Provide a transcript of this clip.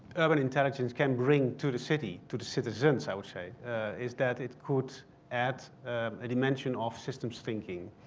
urban intelligence can bring to the city to the citizens i would say is that it could add a dimension of systems thinking,